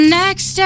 next